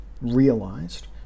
realized